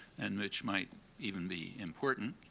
and which might even be important,